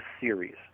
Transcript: series